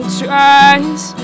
tries